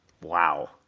Wow